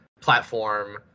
platform